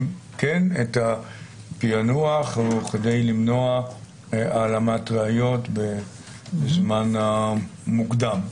כן את הפענוח או כדי למנוע העלמת ראיות בזמן המוקדם.